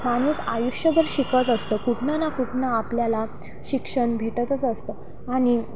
माणूस आयुष्यभर शिकत असतं कुठनं ना कुठनं आपल्याला शिक्षण भेटतच असतं आणि